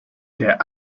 der